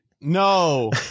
no